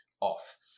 off